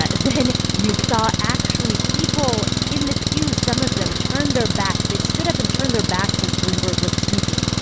ah then, you saw, actually, people in the pews some of them turned their backs. they stood up and turned their backs as bloomberg was speaking,